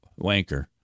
wanker